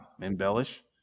embellish